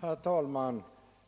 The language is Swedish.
Herr talman!